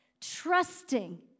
trusting